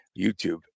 youtube